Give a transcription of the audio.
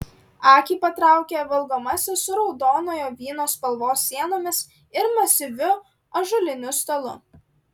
akį patraukė valgomasis su raudonojo vyno spalvos sienomis ir masyviu ąžuoliniu stalu